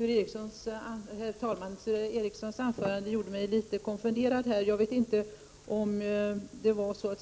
Herr talman! Sture Ericsons anförande gjorde mig litet konfunderad. Jag vet inte om han